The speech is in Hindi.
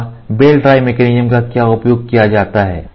या बेल्ट ड्राइव मैकेनिज्म का क्या उपयोग किया जाता है